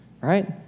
Right